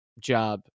job